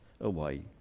away